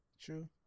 True